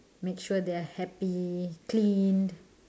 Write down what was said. make sure they are happy cleaned